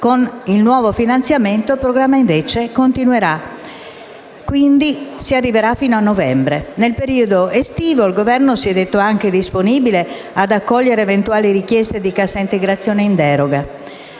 Con il nuovo finanziamento il programma, invece, continuerà e si arriverà fino al mese di novembre. Nel periodo estivo il Governo si è detto disponibile ad accogliere eventuali richieste di cassa integrazione in deroga.